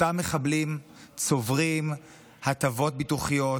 אותם מחבלים צוברים הטבות ביטוחיות,